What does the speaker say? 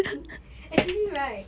actually right